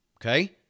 Okay